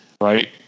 Right